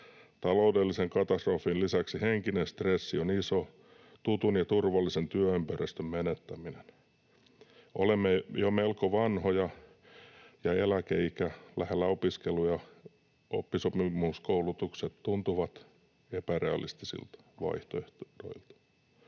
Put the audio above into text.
Taloudellisen katastrofin lisäksi henkinen stressi on iso: tutun ja turvallisen työympäristön menettäminen. Olemme jo melko vanhoja, ja eläkeiän lähellä opiskelu‑ ja oppisopimuskoulutukset tuntuvat epärealistisilta vaihtoehdoilta.